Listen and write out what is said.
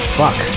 fuck